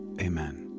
Amen